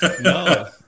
No